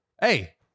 Hey